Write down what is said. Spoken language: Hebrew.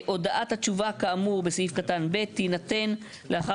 "הודעת התשובה כאמור בסעיף קטן (ב) תינתן לאחר